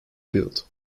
built